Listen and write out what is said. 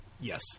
Yes